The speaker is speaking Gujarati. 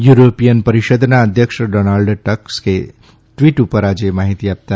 યુરોપીયન પરિષદના અધ્યક્ષ ડોનાલ્ડ ટસ્કે ટ્વીટ ઉપર આજે આ માહિતી આપી